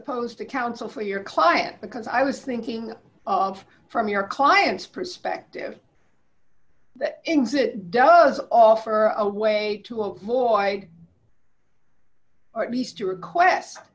opposed to counsel for your client because i was thinking of from your client's perspective that ins it does offer a way to avoid or at least to request